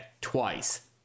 twice